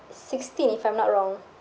sixteen if I'm not wrong